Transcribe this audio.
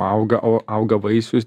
auga auga vaisius